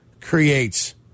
creates